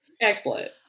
Excellent